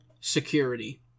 security